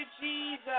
Jesus